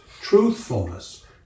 truthfulness